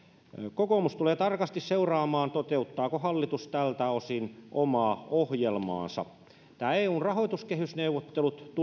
kokoomus tulee tarkasti seuraamaan toteuttaako hallitus tältä osin omaa ohjelmaansa nämä eun rahoituskehysneuvottelut tulivat